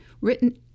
written